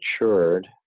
matured